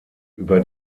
über